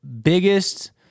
biggest